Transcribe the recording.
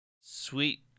sweet